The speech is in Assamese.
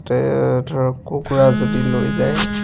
তাতে ধৰক কুকুৰা যদি লৈ যায়